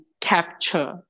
capture